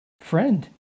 Friend